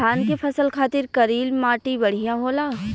धान के फसल खातिर करील माटी बढ़िया होला